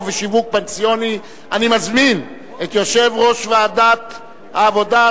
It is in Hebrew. ובשיווק פנסיוני) (תיקון מס' 3). אני מזמין את יושב-ראש ועדת העבודה,